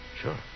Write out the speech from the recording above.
sure